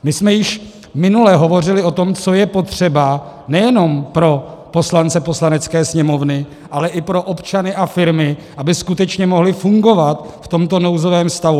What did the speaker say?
My jsme již minule hovořili o tom, co je potřeba nejen pro poslance Poslanecké sněmovny, ale i pro občany a firmy, aby skutečně mohli fungovat v tomto nouzovém stavu.